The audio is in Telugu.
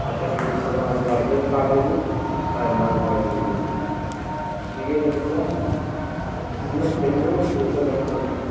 అతనికి సరిగా అసలు అర్థం కాలేదు వాడు నాకు డబ్బులు ఇవ్వలేదు దిగేలోపల చిన్న పెన్ను పేపర్ పట్టుకుని